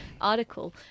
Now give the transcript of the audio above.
article